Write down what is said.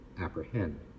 apprehend